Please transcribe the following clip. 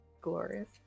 glorious